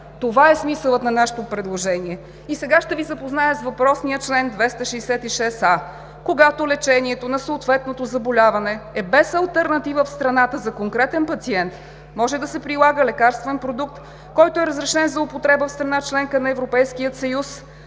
това е смисълът на нашето предложение. Сега ще Ви запозная с въпросния чл. 266а: „Чл. 266а. (1) Когато лечението на съответното заболяване е без алтернатива в страната, за конкретен пациент може да се прилага лекарствен продукт, който е разрешен за употреба в страна – членка на Европейския съюз,